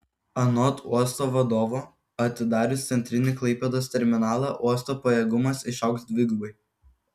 anot uosto vadovo atidarius centrinį klaipėdos terminalą uosto pajėgumas išaugs dvigubai